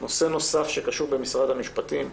נושא נוסף שקשור במשרד המשפטים,